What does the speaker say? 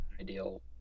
ideal